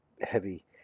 heavy